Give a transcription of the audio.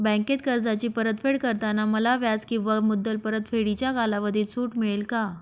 बँकेत कर्जाची परतफेड करताना मला व्याज किंवा मुद्दल परतफेडीच्या कालावधीत सूट मिळेल का?